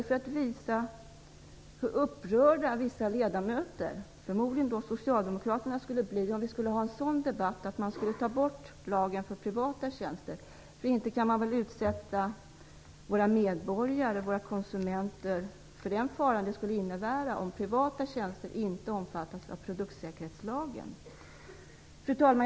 Jo, för att visa hur upprörda vissa ledamöter, förmodligen socialdemokrater, skulle bli om vi skulle ha en debatt om att ta bort lagen om privata tjänster, för inte kan man väl utsätta våra medborgare och konsumenter för den fara som det skulle innebära om privata tjänster inte omfattades av produktsäkerhetslagen. Fru talman!